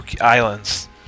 Islands